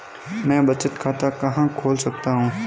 मैं बचत खाता कहां खोल सकता हूं?